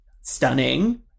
stunning